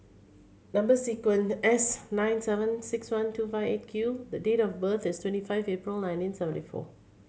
number sequined S nine seven six one two five Eight Q the date of birth is twenty five April nineteen seventy four